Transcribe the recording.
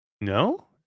No